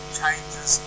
changes